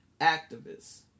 activists